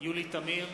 יולי תמיר,